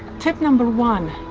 tip number one,